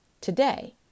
today